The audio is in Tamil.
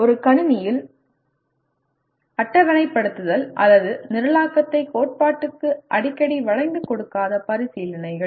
ஒரு கணினியில் அட்டவணைப்படுத்தல் அல்லது நிரலாக்கத்தை கோட்பாட்டுக்கு அடிக்கடி வளைந்து கொடுக்காத பரிசீலனைகள்